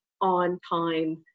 on-time